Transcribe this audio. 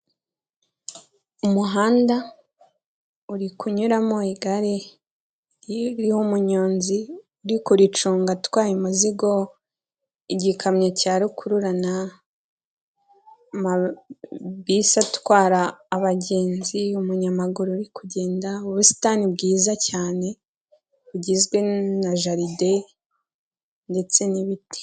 Umuhanda uri kunyuramo igare ry'umuyonzi, uri kuricunga atwaye imizigo, igikamyo cya rukurura, amabisi atwara abagenzi, umunyamaguru uri kugenda, ubusitani bwiza cyane bugizwe na jaride ndetse n'ibiti.